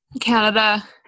canada